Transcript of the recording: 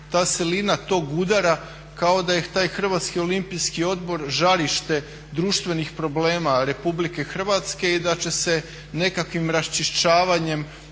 Ta silina tog udara kao da je taj Hrvatski olimpijski odbor žarište društvenih problema RH i da će se nekakvim raščišćavanjem